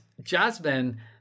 jasmine